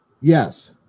Yes